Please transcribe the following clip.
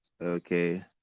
okay